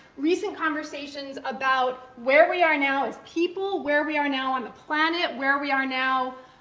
recent conversations about where we are now as people, where we are now on the planet, where we are now,